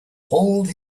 hold